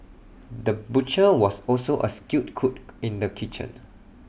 the butcher was also A skilled cook in the kitchen